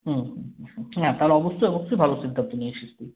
হ্যাঁ হ্যাঁ তাহলে অবশ্যই অবশ্যই ভালো সিদ্ধান্ত নিয়েছিস তুই